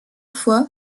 fois